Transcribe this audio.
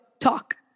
talk